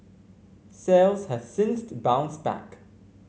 sales have since bounced back